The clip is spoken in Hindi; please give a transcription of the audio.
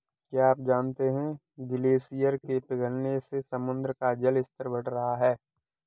क्या आप जानते है ग्लेशियर के पिघलने से समुद्र का जल स्तर बढ़ रहा है?